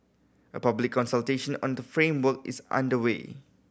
a public consultation on the framework is underway